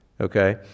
Okay